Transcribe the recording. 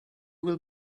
will